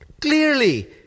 clearly